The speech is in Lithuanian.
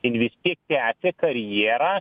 in vistiek tęsia karjerą